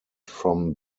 from